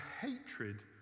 hatred